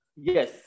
Yes